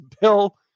bill